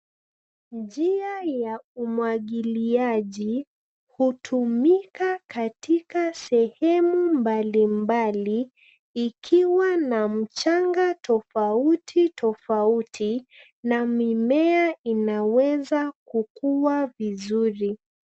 Njia ya umwagiliaji hutumika katika sehemu mbalimbali ikiwa na mchanga tofauti tofauti na mimea inaweza kukua vizuri.